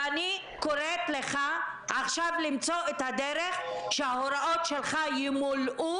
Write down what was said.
ואני קוראת לך עכשיו למצוא את הדרך שההוראות שלך ימולאו